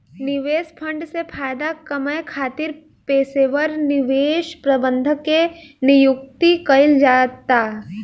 निवेश फंड से फायदा कामये खातिर पेशेवर निवेश प्रबंधक के नियुक्ति कईल जाता